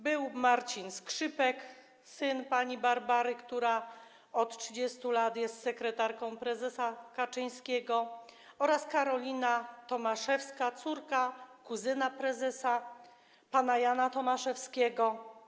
Był Marcin Skrzypek, syn pani Barbary, która od 30 lat jest sekretarką prezesa Kaczyńskiego, oraz Karolina Tomaszewska, córka kuzyna prezesa, pana Jana Tomaszewskiego.